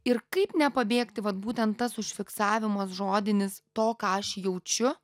ir kaip nepabėgti vat būtent tas užfiksavimas žodinis to ką aš jaučiu